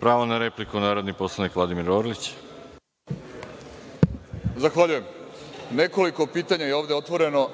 Pravo na repliku, narodni poslanik Vladimir Orlić. **Vladimir Orlić** Zahvaljujem. Nekoliko pitanja je ovde otvoreno